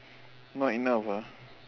not enough ah